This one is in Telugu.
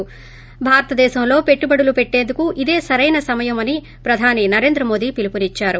శి భారతదేశంలో పెట్టుబడులు పెట్టేందుకు ఇదే సరైన సమయమని ప్రధాని నరేంద్ర మోడీ పిలుపునిచ్చారు